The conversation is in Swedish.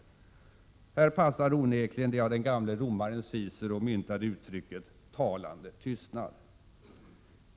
Här passar onekligen det av den gamle romaren Cicero myntade uttrycket ”talande tystnad”.